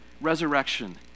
resurrection